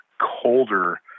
colder